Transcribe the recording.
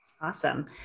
Awesome